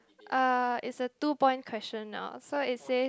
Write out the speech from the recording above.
uh is a two point question now so it says